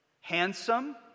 handsome